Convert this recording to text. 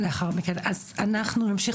לאחר מכן, אז אנחנו נמשיך.